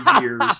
years